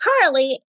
Currently